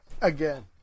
again